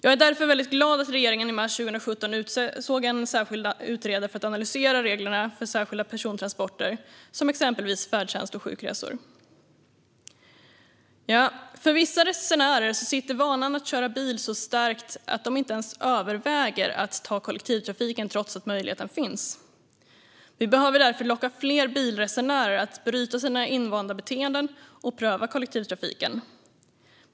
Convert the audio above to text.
Jag är därför glad att regeringen i mars 2017 utsåg en särskild utredare för att analysera reglerna för särskilda persontransporter, exempelvis färdtjänst och sjukresor. För vissa resenärer är vanan att köra bil så stark att de inte ens överväger att ta kollektivtrafiken, trots att möjlighet finns. Vi behöver därför locka fler bilresenärer att bryta invanda beteenden och pröva kollektivtrafiken.